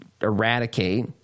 eradicate